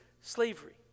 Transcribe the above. slavery